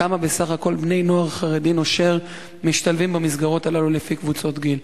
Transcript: כמה בני-נוער חרדי נושר משלבים במסגרות האלו בסך הכול לפי קבוצות גיל?